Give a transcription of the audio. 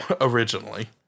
originally